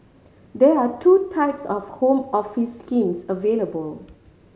there are two types of Home Office schemes available